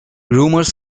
rumors